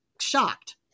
shocked